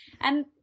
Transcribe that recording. And-